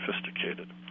sophisticated